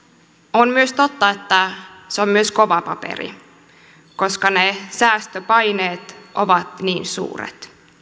on myös totta että se on myös kova paperi koska ne säästöpaineet ovat niin suuret